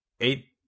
eight